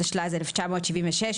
התשל"ז 1976,